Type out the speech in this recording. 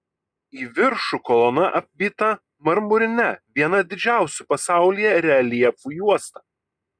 į viršų kolona apvyta marmurine viena didžiausių pasaulyje reljefų juosta